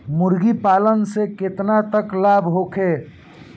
मुर्गी पालन से केतना तक लाभ होखे?